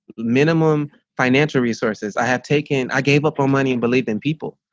minimum financial resources i have taken i gave up on money and believe in people.